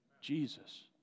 Jesus